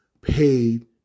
paid